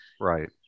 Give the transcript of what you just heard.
Right